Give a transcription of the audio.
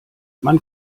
man